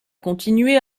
continuer